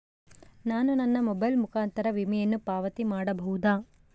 ನಾನು ನನ್ನ ಮೊಬೈಲ್ ಮುಖಾಂತರ ವಿಮೆಯನ್ನು ಪಾವತಿ ಮಾಡಬಹುದಾ?